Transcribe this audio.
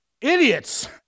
Idiots